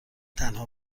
تنها